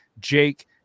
Jake